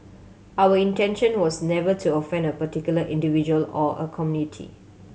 our intention was never to offend a particular individual or a community